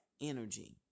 energy